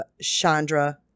Chandra